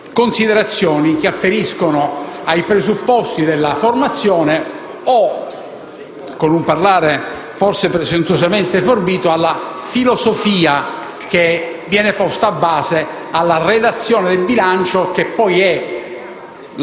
considerazioni che afferiscono ai presupposti della formazione o, con un parlare forse presuntuosamente forbito, alla filosofia che viene posta a base della redazione del bilancio, che poi è